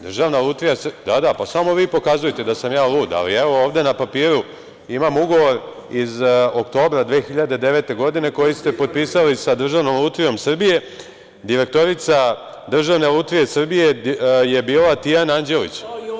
Da, da, samo vi pokazujte da sam ja lud, ali evo ovde na papiru imam ugovor iz oktobra 2009. godine koji ste potpisali sa Državnom lutrijom Srbije, direktorica Državne lutrije Srbije je bila Tijana Anđelić.